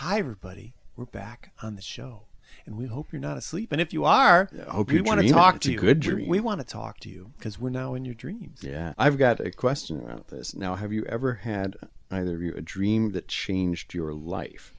everybody we're back on the show and we hope you're not asleep and if you are i hope you want to talk to you could dream we want to talk to you because we're now in your dream yeah i've got a question around this now have you ever had either a dream that changed your life